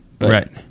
Right